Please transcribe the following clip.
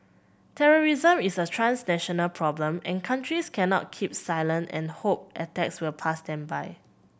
terrorism is a transnational problem and countries cannot keep silent and hope attacks will pass them by